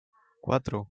cuatro